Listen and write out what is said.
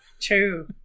True